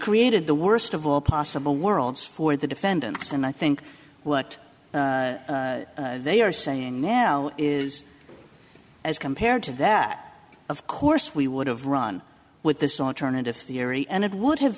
created the worst of all possible worlds for the defendants and i think what they are saying now is as compared to that of course we would have run with this alternative theory and it would have